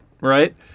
right